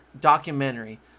documentary